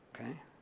okay